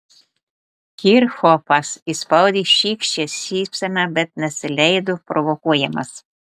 kirchhofas išspaudė šykščią šypseną bet nesileido provokuojamas